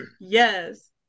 Yes